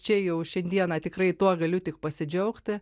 čia jau šiandieną tikrai tuo galiu tik pasidžiaugti